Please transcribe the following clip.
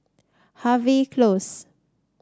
Harvey Close